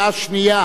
מקשה אחת,